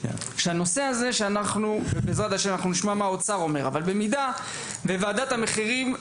בנושא הזה ובעזרת ה' נשמע מה האוצר אומר במידה ובוועדת המחירים,